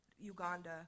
Uganda